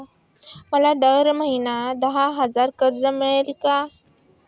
मला दर महिना दहा हजार कर्ज मिळेल का?